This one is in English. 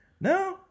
No